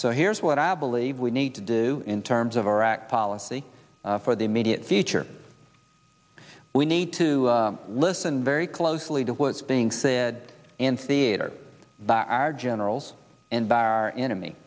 so here's what i believe we need to do in terms of iraq policy for the immediate future we need to listen very closely to what's being said in theater by our generals and by our enemy